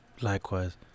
Likewise